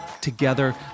Together